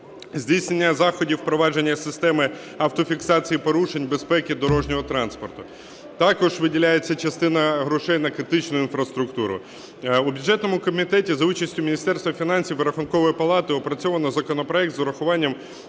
здійснення заходів впровадження системи автофіксації порушень безпеки дорожнього транспорту. Також виділяється частина грошей на критичну інфраструктуру. У бюджетному комітеті за участю Міністерства фінансів і Рахункової палати опрацьовано законопроект з урахуванням